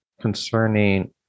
concerning